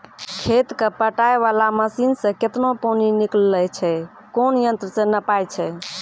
खेत कऽ पटाय वाला मसीन से केतना पानी निकलैय छै कोन यंत्र से नपाय छै